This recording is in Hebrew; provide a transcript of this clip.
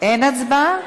אין הצבעה.